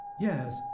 Yes